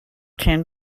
can